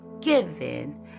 given